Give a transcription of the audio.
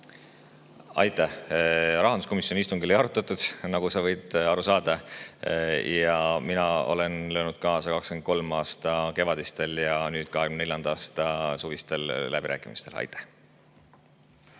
Aitäh! Rahanduskomisjoni istungil ei arutatud, nagu sa võid aru saada. Ja mina olen löönud kaasa 2023. aasta kevadistel ja nüüd 2024. aasta suvistel läbirääkimistel. Aitäh!